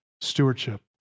stewardship